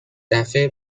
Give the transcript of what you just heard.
دفعه